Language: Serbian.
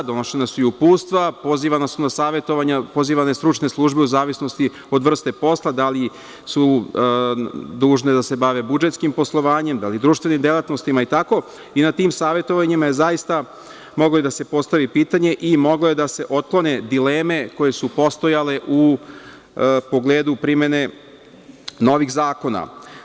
Donošena su i uputstva, pozivane su na savetovanja stručne službe u zavisnosti od vrste posla, da li su dužne da se bave budžetskim poslovanjem, da li društvenim delatnostima itd. i na tim savetovanjima je zaista moglo da se postavi pitanje i mogle su da se otklone dileme koje su postojale u pogledu primene novih zakona.